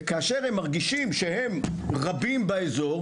וכאשר הם מרגישים שהם רבים באזור,